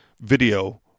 video